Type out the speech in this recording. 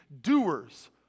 doers